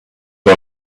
for